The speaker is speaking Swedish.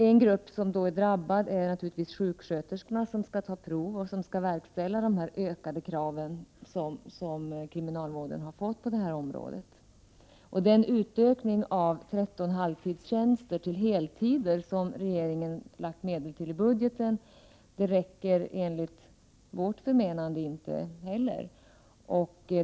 En grupp som är drabbad är naturligtvis sjuksköterskorna, som skall ta prov och som skall verkställa de ökade krav på det här området som kriminalvården har fått. Den utökning av 13 halvtidstjänster till heltider som regeringen föreslagit medel till i budgeten räcker enligt vårt förmenande inte heller.